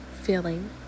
feeling